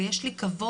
ויש לי כבוד,